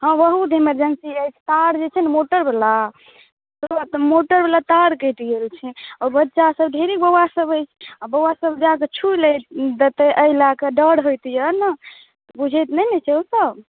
हँ बहुत इमर्जेन्सी अछि तार जे छै ने मोटरवला ओ मोटरवला तार कटि गेल छै आओर बच्चासभ ढेरी बौआसभ अछि आओर बौआसभ जा कऽ छू लेत देतै एहि लए कऽ डर होइत यए ने बुझैत नहि ने छै ओसभ